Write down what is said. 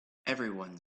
everyone